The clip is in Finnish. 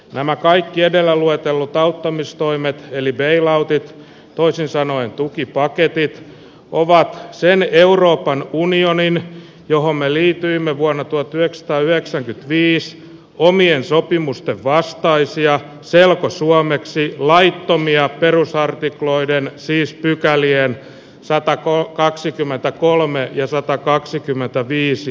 nämä kaikki edellä luetellut auttamistoimet eli tee lauteet toisin sanoen tukipaketti ovat tienneet euroopan unioniin johon me liityimme vuonna tuo työ päivässä viisi omien sopimusten vastaisia selkosuomeksi laittomia perusartikloiden siis pykäliään sata kaksikymmentäkolme ja satakaksikymmentäviisi